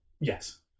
Yes